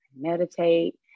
meditate